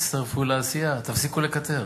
תצטרפו לעשייה, תפסיקו לקטר.